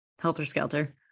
Helter-skelter